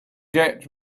get